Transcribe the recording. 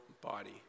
body